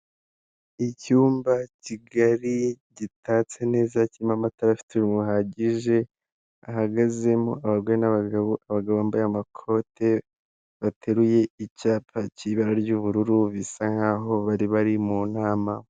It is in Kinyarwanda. Icyumba kigari gitatse neza kirimo amatara afite urumuri ruhagije hahagazemo abagore n'abagabo, abagabo bambaye amakote bateruye icyapa cy'ibara ry'ubururu bisa nkaho bari bari mu nama.